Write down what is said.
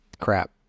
crap